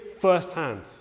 firsthand